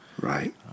Right